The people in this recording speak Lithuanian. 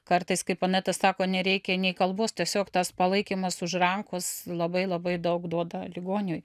kartais kaip aneta sako nereikia nei kalbos tiesiog tas palaikymas už rankos labai labai daug duoda ligoniui